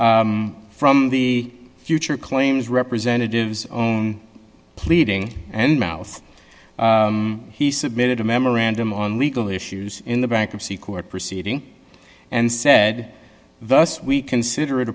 from the future claims representatives pleading and mouth he submitted a memorandum on legal issues in the bankruptcy court proceeding and said thus we consider it